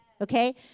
Okay